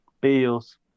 Bills